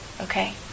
Okay